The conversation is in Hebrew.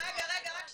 אתם